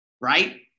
right